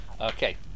Okay